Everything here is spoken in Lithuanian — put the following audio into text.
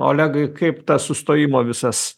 olegai kaip tas sustojimo visas